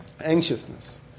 anxiousness